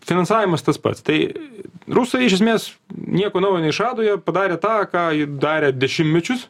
finansavimas tas pats tai rusai iš esmės nieko naujo neišrado jie padarė tą ką ji darė dešimtmečius